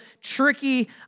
tricky